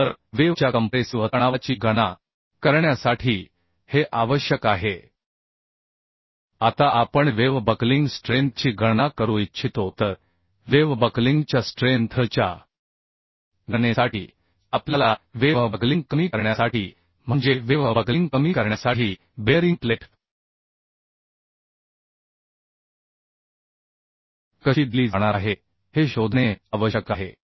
तर वेव्ह च्या कंप्रेसिव्ह तणावाची गणना करण्यासाठी हे आवश्यक आहे आता आपण वेव्ह बकलिंग स्ट्रेंथची गणना करू इच्छितो तर वेव्ह बकलिंगच्या स्ट्रेंथ च्या गणनेसाठी आपल्याला वेव्ह बकलिंग कमी करण्यासाठी म्हणजे वेव्ह बकलिंग कमी करण्यासाठी बेअरिंग प्लेट कशी दिली जाणार आहे हे शोधणे आवश्यक आहे